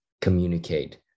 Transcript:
communicate